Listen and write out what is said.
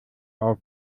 auf